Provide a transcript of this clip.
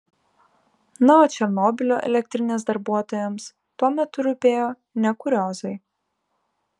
na o černobylio elektrinės darbuotojams tuo metu rūpėjo ne kuriozai